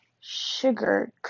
sugar